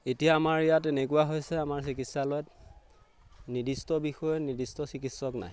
এতিয়া আমাৰ ইয়াত এনেকুৱা হৈছে আমাৰ চিকিৎসালয়ত নিৰ্দিষ্ট বিষয়ে নিৰ্দিষ্ট চিকিৎসক নাই